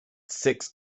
six